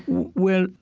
well,